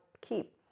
keep